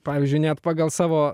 pavyzdžiui net pagal savo